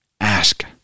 ask